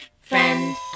friend